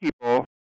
people